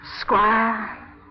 Squire